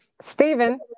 Stephen